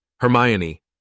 Hermione